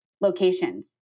locations